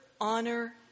honor